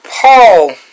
Paul